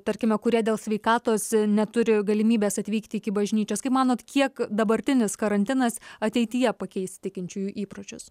tarkime kurie dėl sveikatos neturi galimybės atvykti iki bažnyčios kaip manot kiek dabartinis karantinas ateityje pakeis tikinčiųjų įpročius